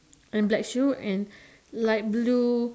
and black shoes and light blue